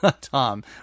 Tom